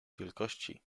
wielkości